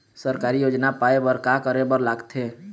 सरकारी योजना पाए बर का करे बर लागथे?